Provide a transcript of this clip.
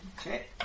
Okay